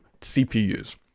CPUs